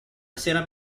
sera